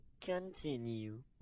Continue